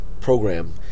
program